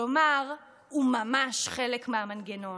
כלומר הוא ממש חלק מהמנגנון.